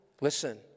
listen